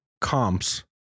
comps